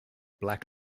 black